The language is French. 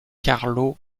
carlo